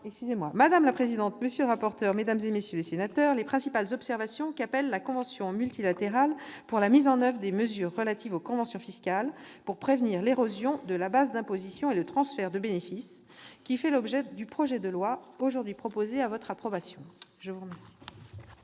Madame la présidente, monsieur le rapporteur, mesdames, messieurs les sénateurs, telles sont les principales observations qu'appelle la convention multilatérale pour la mise en oeuvre des mesures relatives aux conventions fiscales pour prévenir l'érosion de la base d'imposition et le transfert de bénéfices, qui fait l'objet du projet de loi aujourd'hui soumis à votre approbation. La parole